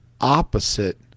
opposite